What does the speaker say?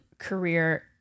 career